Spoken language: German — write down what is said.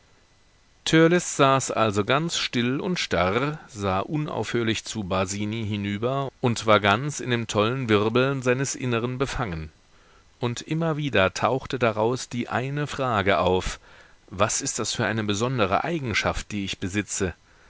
saß also ganz still und starr sah unaufhörlich zu basini hinüber und war ganz in dem tollen wirbeln seines inneren befangen und immer wieder tauchte daraus die eine frage auf was ist das für eine besondere eigenschaft die ich besitze